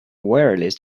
wireless